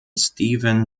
steven